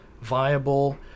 viable